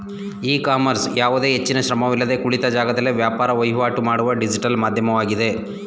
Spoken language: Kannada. ಇ ಕಾಮರ್ಸ್ ಯಾವುದೇ ಹೆಚ್ಚಿನ ಶ್ರಮವಿಲ್ಲದೆ ಕುಳಿತ ಜಾಗದಲ್ಲೇ ವ್ಯಾಪಾರ ವಹಿವಾಟು ಮಾಡುವ ಡಿಜಿಟಲ್ ಮಾಧ್ಯಮವಾಗಿದೆ